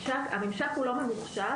הממשק הוא לא ממוחשב,